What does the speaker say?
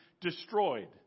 destroyed